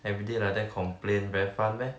every day like that complain very fun meh